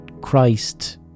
Christ